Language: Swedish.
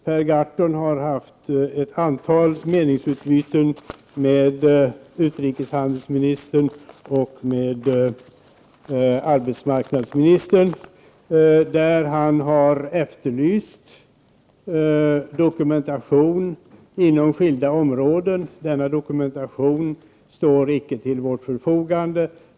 Per Gahrton har haft ett antal meningsutbyten med utrikeshandelsministern och med arbetsmarknadsministern där han har efterlyst dokumentation inom skilda områden. Denna dokumentation står icke till vårt förfogande.